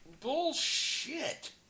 Bullshit